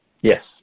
Yes